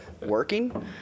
working